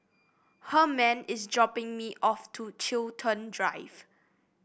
Herman is dropping me off to Chiltern Drive